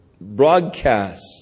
broadcast